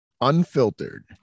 unfiltered